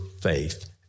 faith